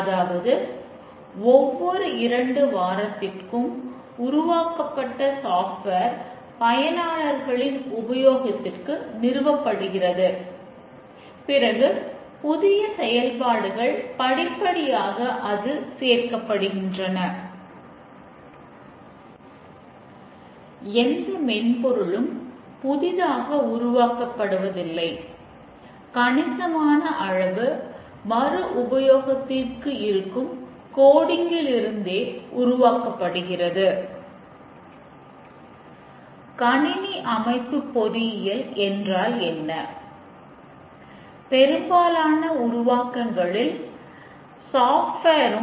இதைத் தெரியாதவர்கள் யாராக இருந்தாலும் டெஸ்டிங் சவாலானது அல்ல என்று நினைப்பார்கள்